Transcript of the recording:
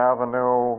Avenue